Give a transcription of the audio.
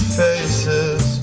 faces